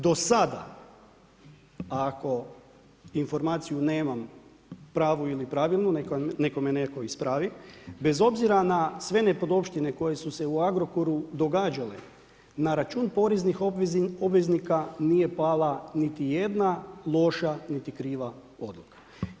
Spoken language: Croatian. Do sada ako informaciju nemam pravu ili pravilnu neka me neko ispravi, bez obzira na sve nepodopštine koje su se u Agrokoru događale, na račun poreznih obveznika nije pala niti jedna loša niti kriva podloga.